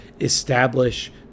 establish